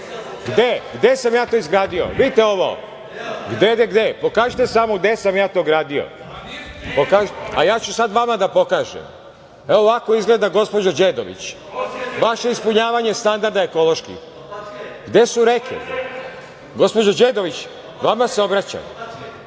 Gde? Gde sam ja to izgradio? Vidite ovo, a vi pokažite gde sam ja to gradio. Ja ću sada vama da pokažem, evo ovako izgleda, gospođo Đedović, vaše ispunjavanje standarda ekoloških. Gde su reke? Gospođo Đedović, vama se obraćam?